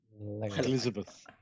Elizabeth